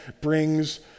brings